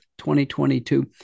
2022